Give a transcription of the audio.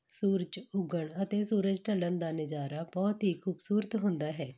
ਸੂਰਜ ਉੱਗਣ ਅਤੇ ਸੂਰਜ ਢਲਣ ਦਾ ਨਜ਼ਾਰਾ ਬਹੁਤ ਹੀ ਖੂਬਸੂਰਤ ਹੁੰਦਾ ਹੈ